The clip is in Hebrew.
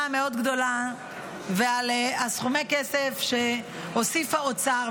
המאוד-גדולה ועל סכומי הכסף שהוסיף האוצר,